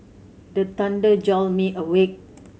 the thunder jolt me awake